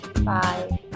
Bye